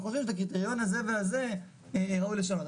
חושבים שאת הקריטריון הזה והזה ראוי לשנות.